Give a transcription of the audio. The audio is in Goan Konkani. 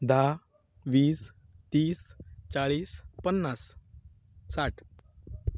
धा वीस तीस चाळीस पन्नास साठ